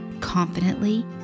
confidently